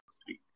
speak